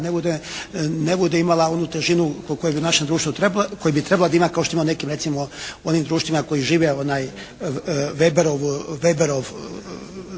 ne bude imala onu težinu koju bi u našem društvu treba, koju bi trebala da ima kao što ima u nekim recimo onim društvima koji žive Weberov duh